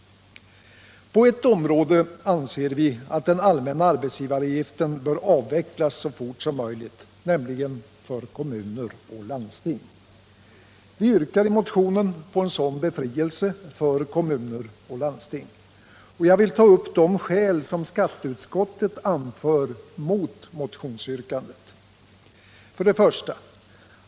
På ett område anser vi att den allmänna arbetsgivaravgiften bör avvecklas så fort som möjligt, nämligen för kommuner och landsting. Vi yrkar i motionen på en sådan befrielse för kommuner och landsting. Jag vill ta upp de skäl skatteutskottet anför mot motionsyrkandet. 1.